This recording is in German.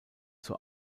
zur